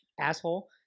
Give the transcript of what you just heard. asshole